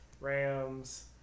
rams